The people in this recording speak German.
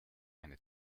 eine